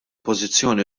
pożizzjoni